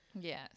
yes